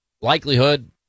Likelihood